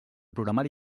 programari